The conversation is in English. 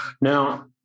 Now